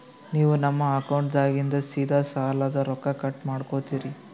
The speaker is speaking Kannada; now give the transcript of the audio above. ನೀವು ನಮ್ಮ ಅಕೌಂಟದಾಗಿಂದ ಸೀದಾ ಸಾಲದ ರೊಕ್ಕ ಕಟ್ ಮಾಡ್ಕೋತೀರಿ?